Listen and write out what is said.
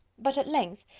but at length,